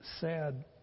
sad